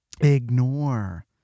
Ignore